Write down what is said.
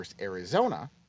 Arizona